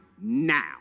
now